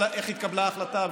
איך התקבלה ההחלטה,